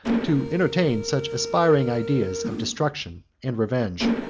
to entertain such aspiring ideas of destruction and revenge.